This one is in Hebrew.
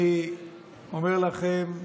אני אומר לכם,